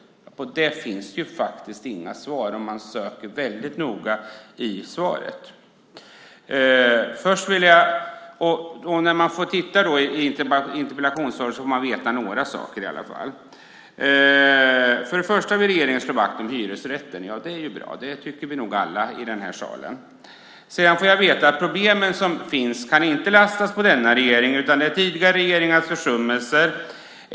På det finns det faktiskt inga svar även om man söker väldigt noga i svaret. När man tittar i interpellationssvaret får man i varje fall veta några saker. Först och främst vill regeringen slå vakt om hyresrätten. Det är ju bra. Det tycker vi nog alla i den här salen. Sedan får jag veta att problemen som finns inte kan lastas på denna regering, utan det beror på tidigare regeringars försummelser.